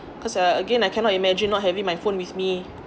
cause uh again I cannot imagine not having my phone with me